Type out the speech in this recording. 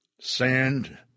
Sand